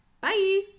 bye